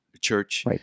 church